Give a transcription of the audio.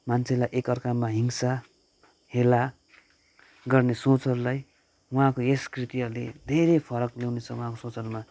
मान्छेलाई एकर्कामा हिंसा हेला गर्ने सोचहरूलाई उहाँको यस कृतिहरूले धेरै फरक ल्याउनेछ उहाँको सोचहरूमा